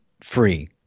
free